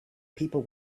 people